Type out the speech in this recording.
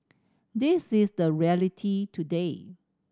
this is the reality today